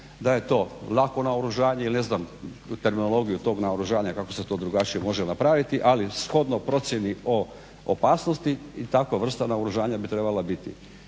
da je to lako naoružanje ili terminologiju tog naoružanja kako se to drugačije može napraviti, ali shodno procjeni o opasnosti i takva vrsta naoružanja bi trebala biti.